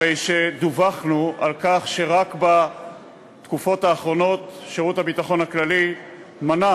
הרי שדווחנו על כך שרק בתקופות האחרונות שירות הביטחון הכללי מנע